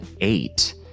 eight